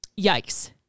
Yikes